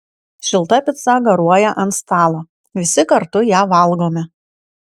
šilta pica garuoja ant stalo visi kartu ją valgome